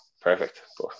perfect